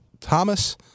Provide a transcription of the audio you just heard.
Thomas